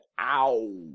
Ow